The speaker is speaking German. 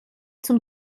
zum